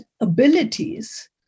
abilities